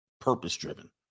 purpose-driven